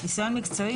ניסיון מקצועי,